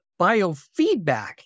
biofeedback